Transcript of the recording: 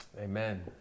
Amen